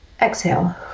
Exhale